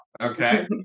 Okay